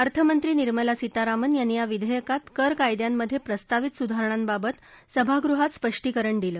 अर्थमंत्री निर्मला सीतारामन यांनी या विधेयकात कर कायद्यांमधे प्रस्तवित सुधारणांबाबत सभागृहात स्पष्टीकरण दिलं